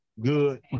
good